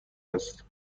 است